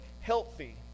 healthy